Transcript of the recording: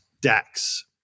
DAX